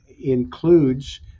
includes